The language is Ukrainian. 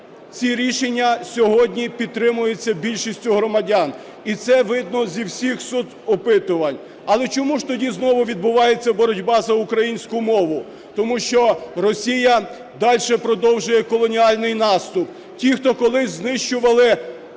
ці рішення сьогодні підтримуються більшістю громадян, і це видно зі всіх соцопитувань. Але чому ж тоді знову відбувається боротьба за українську мову? Тому що Росія дальше продовжує колоніальний наступ. Ті, хто колись знищували